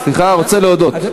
להודות.